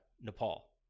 Nepal